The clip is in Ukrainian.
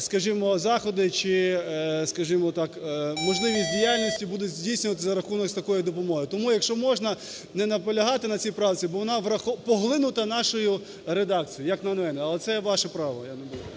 скажімо так, можливість діяльності буде здійснюватися за рахунок такої допомоги. Тому, якщо можна, не наполягати на цій правці, бо вона поглинута нашою редакцією, як на мене. Але це є ваше право,